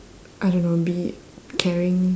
I don't know be caring